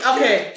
Okay